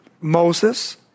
Moses